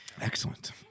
Excellent